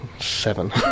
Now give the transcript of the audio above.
seven